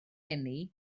eni